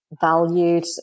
valued